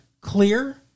clear